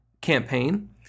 campaign